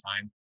time